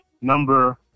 number